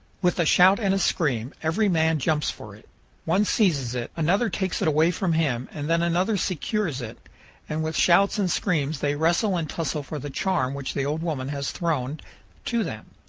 with a shout and a scream, every man jumps for it one seizes it, another takes it away from him, and then another secures it and with shouts and screams they wrestle and tussle for the charm which the old woman has thrown to them.